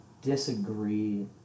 disagree